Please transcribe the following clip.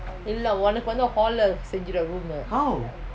how